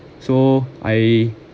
so I